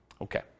Okay